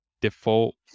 default